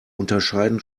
unterscheiden